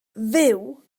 fyw